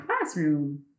classroom